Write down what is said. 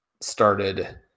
started